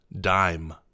DIME